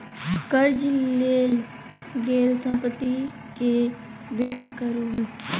कर्ज लेल गेल संपत्ति के व्यक्त करो हइ